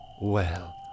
Well